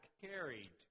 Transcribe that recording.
carried